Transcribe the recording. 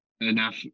enough